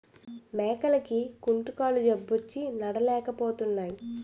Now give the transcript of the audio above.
మేకలకి కుంటుకాలు జబ్బొచ్చి నడలేపోతున్నాయి